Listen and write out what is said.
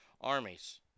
armies